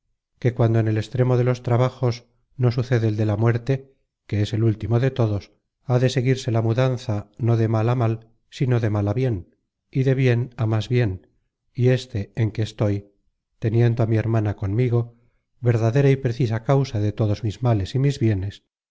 que cuando en el extremo de los trabajos no sucede el de la muerte que es el último de todos ha de seguirse la mudanza no de mal á mal sino de mal á bien y de bien á más bien y éste en que estoy teniendo á mi hermana conmigo verdadera y precisa causa de todos mis males y mis bienes